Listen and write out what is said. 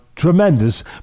tremendous